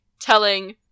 telling